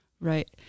Right